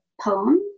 poem